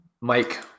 Mike